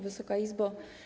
Wysoka Izbo!